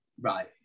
Right